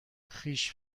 خویش